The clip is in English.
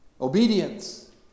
Obedience